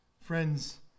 Friends